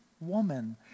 woman